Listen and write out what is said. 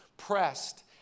pressed